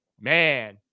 Man